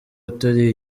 atari